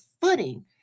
footing